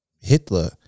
Hitler